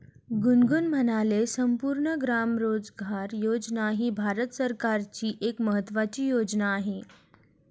गुनगुन म्हणाले, संपूर्ण ग्राम रोजगार योजना ही भारत सरकारची एक महत्त्वाची योजना आहे